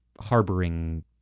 harboring